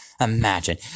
Imagine